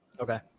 Okay